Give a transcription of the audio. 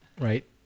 Right